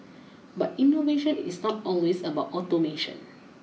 but innovation is not always about automation